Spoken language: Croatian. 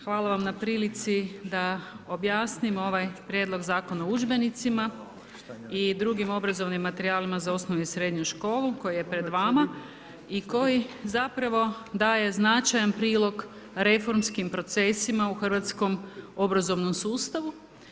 Hvala vam na prilici da objasnim ovaj Prijedlog zakona o udžbenicima i drugim obrazovnim materijalima za osnovnu i srednju školu koje je pred vama i koji zapravo daje značajan primjer reformskim procesima u hrvatskom obrazovnom sustavu.